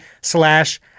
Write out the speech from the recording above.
slash